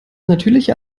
natürlicher